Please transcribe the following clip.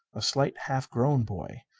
a slight, half grown boy.